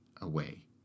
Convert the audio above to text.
away